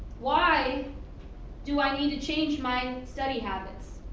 why do i need to change my study habits?